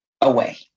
away